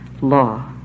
law